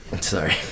sorry